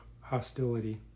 hostility